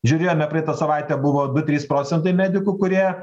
žiūrėjome praeitą savaitę buvo du trys procentai medikų kurie